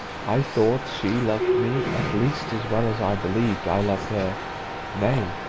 i thought she loved me at least as well as i believed i loved her nay,